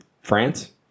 France